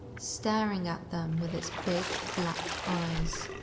staring at them with its big, black eyes.